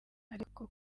ariko